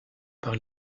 par